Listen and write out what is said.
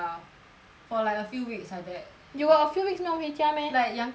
for like a few weeks like that you got a few weeks 没有回家 meh like 两个礼拜 like that